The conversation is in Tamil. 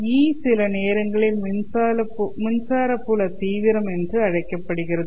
E' சில நேரங்களில் மின்சார புல தீவிரம் என்று அழைக்கப்படுகிறது